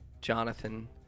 Jonathan